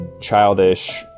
childish